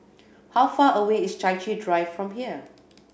how far away is Chai Chee Drive from here